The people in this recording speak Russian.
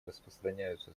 распространяются